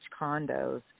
condos